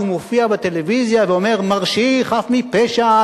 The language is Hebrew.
הוא מופיע בטלוויזיה ואומר: מרשי חף מפשע,